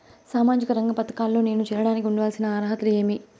సామాజిక రంగ పథకాల్లో నేను చేరడానికి ఉండాల్సిన అర్హతలు ఏమి?